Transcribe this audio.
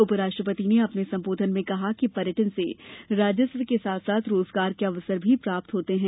उपराष्ट्रपति ने अपने सम्बोधन में कहा कि पर्यटन से राजस्व के साथ साथ रोजगार के अवसर पर भी प्राप्त होते हैं